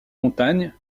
montagne